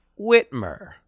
Whitmer